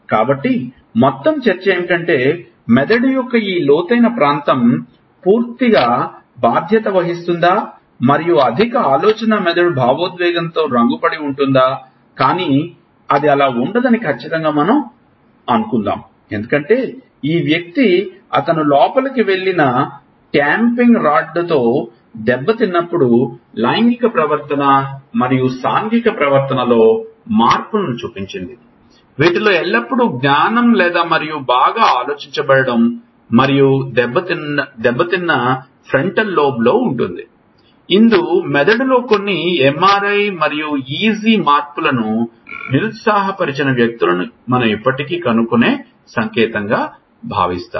కాబట్టి మొత్తం చర్చ ఏమిటంటే మెదడు యొక్క ఈ లోతైన ప్రాంతం పూర్తిగా బాధ్యత వహిస్తుందా మరియు అధిక ఆలోచనా మెదడు భావోద్వేగంతో రంగు పడి ఉంటుందా కాని అది అలా ఉండదని ఖచ్చితంగా మనం అనుకుందాం ఎందుకంటే ఈ వ్యక్తి అతను లోపలికి వెళ్ళిన ట్యాంపింగ్ రాడ్తో దెబ్బతిన్నప్పుడు లైంగిక ప్రవర్తన మరియు సాంఘిక ప్రవర్తనలో మార్పులను చూపించింది వీటిలో ఎల్లప్పుడూ జ్ఞానం లేదు మరియు బాగా ఆలోచించబడదు మరియు దెబ్బతిన్నది ఫ్రంటల్ లోబ్లో ఉంటుంది ఇది మెదడులో కొన్ని MRI మరియు EG మార్పులను నిరుత్సాహపరిచిన వ్యక్తులను మనం ఇప్పటికీ కనుగొనే సంకేతం